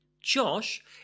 Josh